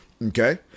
Okay